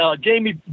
Jamie